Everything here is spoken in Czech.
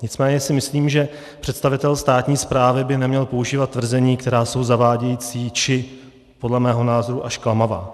Nicméně si myslím, že představitel státní správy by neměl používat tvrzení, která jsou zavádějící či podle mého názoru až klamavá.